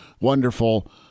Wonderful